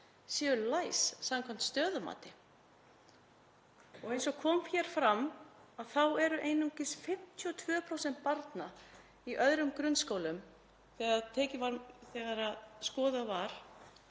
séu læs samkvæmt stöðumati. Eins og kom hér fram þá eru einungis 52% barna í öðrum grunnskólum læs þegar skoðað var